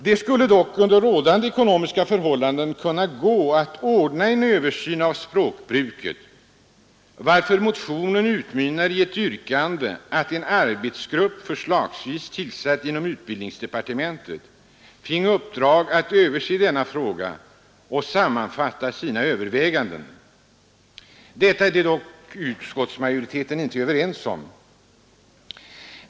Det skulle dock under rådande ekonomiska maktförhållanden gå att ordna en översyn av språkbruket, varför motionen utmynnar i ett yrkande att en arbetsgrupp, förslagsvis tillsatt inom utbildningsdepartementet, finge uppdraget att se över denna fråga och sammanfatta sina överväganden. Detta är dock inte utskottsmajoriteten överens med mig om.